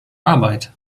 arbeit